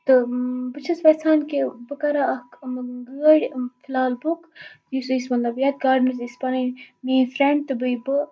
تہٕ بہٕ چھَس یژھان کہِ بہٕ کِرٕ ہا اکھ گٲڑ فِلحال بُک یُس اسہِ مَطلَب یَتھ گاڑِ مَنٛز أسۍ پَنٕنۍ میٲنۍ فرنٛڈ تہِ بیٚیہِ بہٕ